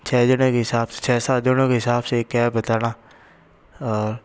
छः जने के हिसाब से छः साथ जनो के हिसाब से एक कैब बताना और